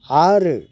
आरो